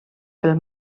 pel